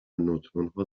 نوترونها